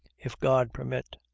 if god permit,